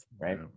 Right